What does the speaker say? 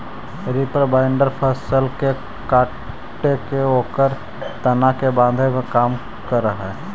reaper binder फसल के काटके ओकर तना के बाँधे के काम करऽ हई